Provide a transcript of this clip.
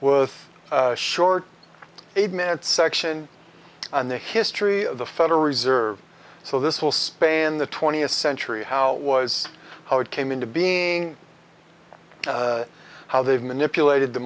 with a short eight minute section on the history of the federal reserve so this will span the twentieth century how it was how it came into being how they've manipulated the